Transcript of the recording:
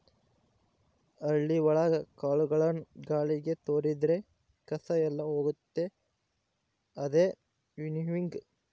ಹಳ್ಳಿ ಒಳಗ ಕಾಳುಗಳನ್ನು ಗಾಳಿಗೆ ತೋರಿದ್ರೆ ಕಸ ಎಲ್ಲ ಹೋಗುತ್ತೆ ಅದೇ ವಿನ್ನೋಯಿಂಗ್